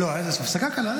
לא, הייתה איזושהי הפסקה קלה.